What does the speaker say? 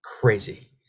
crazy